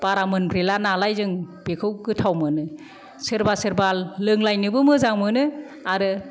बारा मोनब्रेला नालाय जों बेखौ गोथाव मोनो सोरबा सोरबा लोंलायनोबो मोजां मोनो आरो